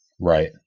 Right